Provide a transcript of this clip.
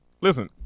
Listen